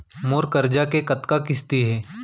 मोर करजा के कतका किस्ती हे?